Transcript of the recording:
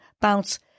bounce